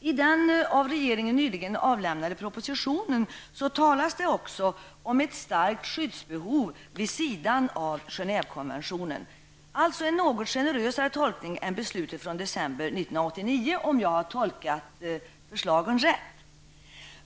I regeringens nyligen avlämnade proposition talas också om ett ''starkt skyddsbehov'' vid sidan av Genèvekonventionen, alltså en något generösare tolkning än beslutet från december 1989, om jag har tolkat förslagen rätt.